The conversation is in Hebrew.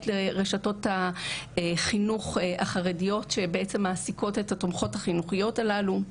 לרשתות החינוך החרדיות שבעצם מעסיקות את תומכות החינוך החרדיות הללו.